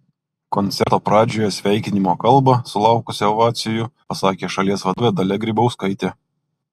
koncerto pradžioje sveikinimo kalbą sulaukusią ovacijų pasakė šalies vadovė dalia grybauskaitė